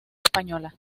española